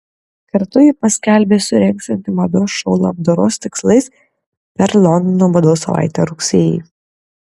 kartu ji paskelbė surengsianti mados šou labdaros tikslais per londono mados savaitę rugsėjį